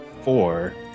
four